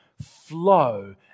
flow